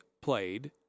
played